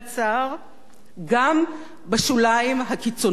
גם בשוליים הקיצוניים של השמאל.